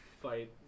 fight